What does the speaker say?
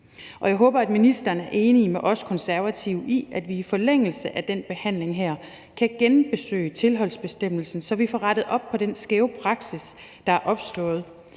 Jeg håber, at ministeren er enig med os konservative i, at vi i forlængelse af den her behandling kan genbesøge tilholdsbestemmelsen, så vi får rettet op på den skæve praksis, der er opstået,